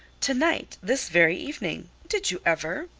to-night! this very evening! did you ever!